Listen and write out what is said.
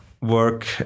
work